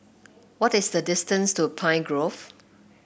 what is the distance to Pine Grove